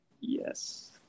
Yes